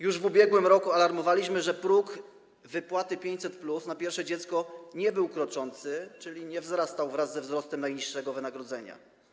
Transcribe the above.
Już w ubiegłym roku alarmowaliśmy, że próg wypłaty 500+ na pierwsze dziecko nie był kroczący, czyli nie wzrastał wraz ze wzrostem najniższego wynagrodzenia.